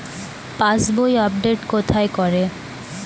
পাসবই update কোথায় করে?